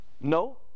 No